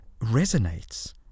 resonates